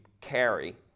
carry